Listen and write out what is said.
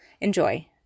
Enjoy